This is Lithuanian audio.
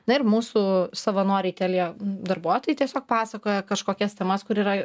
na ir mūsų savanoriai telia darbuotojai tiesiog pasakoja kažkokias temas kur yra